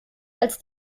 als